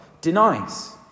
denies